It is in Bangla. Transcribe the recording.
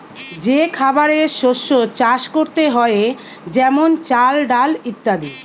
যে খাবারের শস্য চাষ করতে হয়ে যেমন চাল, ডাল ইত্যাদি